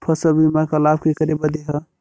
फसल बीमा क लाभ केकरे बदे ह?